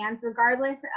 regardless